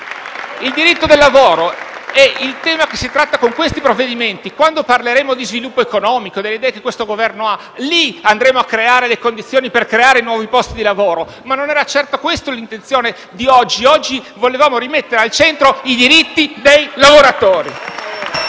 Il diritto del lavoro è il tema che si tratta con questi provvedimenti. Quando parleremo di sviluppo economico e delle idee che questo Governo ha in proposito, è allora che andremo a porre le condizioni per creare nuovi posti di lavoro. Ma non era certo questa l'intenzione odierna: oggi volevamo rimettere al centro i diritti dei lavoratori.